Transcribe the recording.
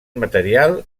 material